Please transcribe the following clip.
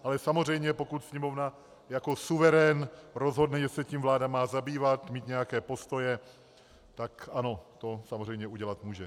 Ale samozřejmě pokud Sněmovna jako suverén rozhodne, že se tím vláda má zabývat, mít nějaké postoje, tak ano, to samozřejmě udělat může.